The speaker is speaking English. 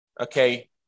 Okay